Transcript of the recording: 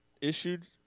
issued